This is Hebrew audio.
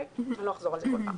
לא אחזור על זה בכל פעם.